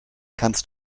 kannst